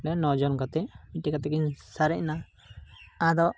ᱢᱟᱱᱮ ᱱᱚ ᱡᱚᱱ ᱠᱟᱛᱮᱫ ᱢᱤᱫᱴᱮᱡ ᱠᱟᱛᱮᱫ ᱠᱤ ᱥᱟᱨᱮᱡᱱᱟ ᱟᱫᱚ